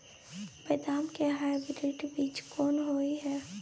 बदाम के हाइब्रिड बीज कोन होय है?